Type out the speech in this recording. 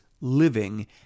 living